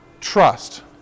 trust